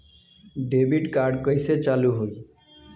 Debit card कइसे चालू होई?